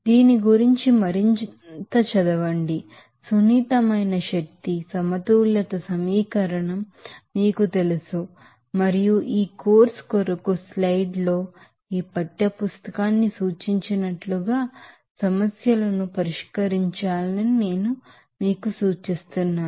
దీని గురించి మరింత చదవండి ఎనర్జీ బాలన్స్ ఈక్వేషన్ మీకు తెలుసు మరియు ఈ కోర్సు కొరకు స్లైడ్ ల్లో ఈ పాఠ్యపుస్తకాన్ని సూచించినట్లుగా సమస్యలను పరిష్కరించాలని నేను మీకు సూచిస్తున్నాను